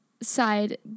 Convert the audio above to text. Side